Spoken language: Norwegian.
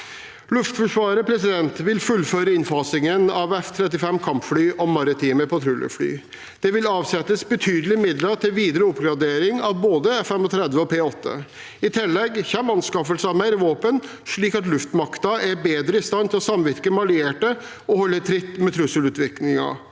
Luftforsvaret vil fullføre innfasingen av F-35-kampfly og maritime patruljefly. Det vil avsettes betydelige midler til videre oppgradering av både F-35 og P-8. I tillegg kommer anskaffelse av mer våpen, slik at luftmakten er bedre i stand til å samvirke med allierte og holde tritt med trusselutviklingen.